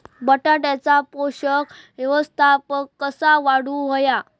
बटाट्याचा पोषक व्यवस्थापन कसा वाढवुक होया?